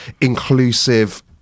inclusive